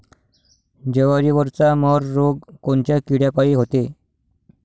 जवारीवरचा मर रोग कोनच्या किड्यापायी होते?